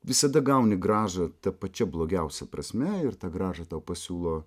visada gauni grąžą tą pačia blogiausia prasme ir tą grąžą tau pasiūlo